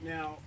Now